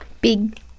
big